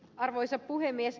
arvoisa puhemies